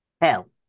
hell